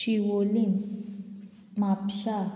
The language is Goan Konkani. शिवोलीम म्हापशा